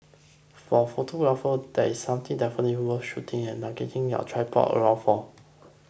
for photographer this is something definitely worth shooting and lugging your tripod around for